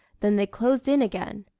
then they closed in again.